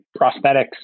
Prosthetics